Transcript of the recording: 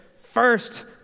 first